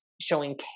showing